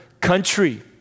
country